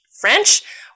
French